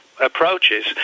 approaches